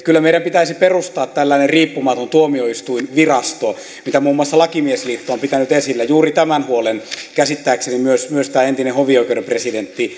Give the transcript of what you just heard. kyllä meidän pitäisi perustaa tällainen riippumaton tuomioistuinvirasto mitä muun muassa lakimiesliitto on pitänyt esillä juuri tämän huolen käsittääkseni myös myös tämä entinen hovioikeuden presidentti